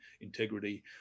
integrity